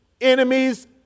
enemies